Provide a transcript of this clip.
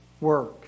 work